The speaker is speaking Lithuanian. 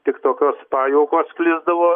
tik tokios pajuokos sklisdavo